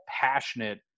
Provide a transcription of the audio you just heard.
passionate